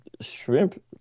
shrimp